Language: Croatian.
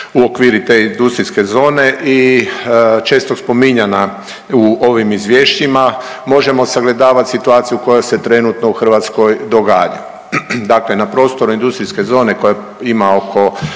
u okviru te industrijske zone i često spominjana u ovim izvješćima možemo sagledavati situaciju koja se trenutno u Hrvatskoj događa. Dakle, na prostoru industrijske zone koja ima oko